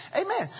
Amen